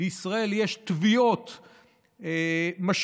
לישראל יש תביעות משמעותיות,